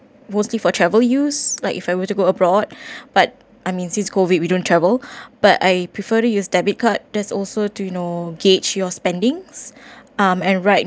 mostly for travel use like if I were to go abroad but I mean since COVID we don't travel but I prefer to use debit card there's also to know gauge your spendings um and right